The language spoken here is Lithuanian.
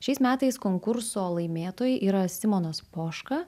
šiais metais konkurso laimėtojai yra simonas poška